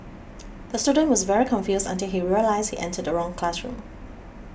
the student was very confused until he realised he entered the wrong classroom